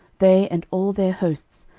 they and all their hosts,